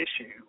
issue